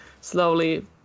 slowly